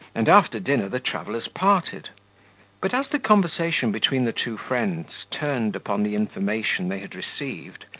and after dinner the travellers parted but, as the conversation between the two friends turned upon the information they had received,